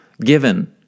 given